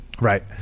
Right